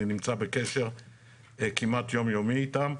אני נמצא בקשר כמעט יום יומי איתם,